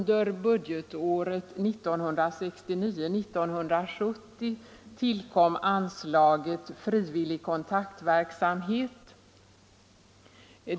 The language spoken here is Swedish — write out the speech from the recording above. Herr talman! Under budgetåret 1969/70 tillkom anslaget Frivillig kontaktverksamhet.